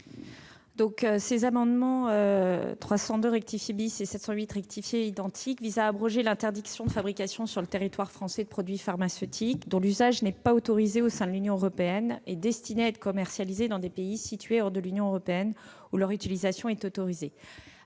Gouvernement ? Ces amendements identiques visent à abroger l'interdiction de fabrication sur le territoire français de produits pharmaceutiques, dont l'usage n'est pas permis au sein de l'Union européenne, et destinés à être commercialisés dans des pays situés hors de l'Union, où leur utilisation est autorisée.